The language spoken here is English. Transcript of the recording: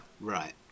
Right